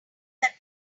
that